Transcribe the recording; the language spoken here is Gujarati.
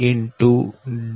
Dcb